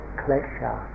klesha